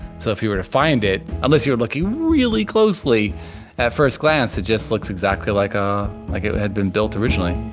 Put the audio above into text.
so if you were to find it unless you were looking really closely at first glance it just looks exactly like ah like it had been built originally.